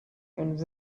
and